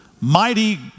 Mighty